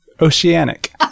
oceanic